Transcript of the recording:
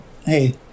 hey